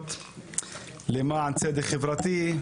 ברורות למען צדק חברתי.